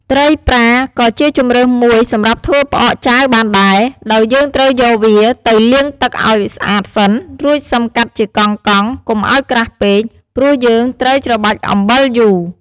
ត្រីប្រាក៏ជាជម្រើសមួយសម្រាប់ធ្វើផ្អកចាវបានដែរ ដោយយើងត្រូវយកវាទៅលាងទឹកឱ្យស្អាតសិន រួចសិមកាត់ជាកង់ៗ កុំឱ្យក្រាស់ពេក ព្រោះយើងត្រូវច្របាច់អំបិលយូរ។